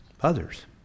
others